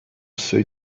say